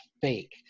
fake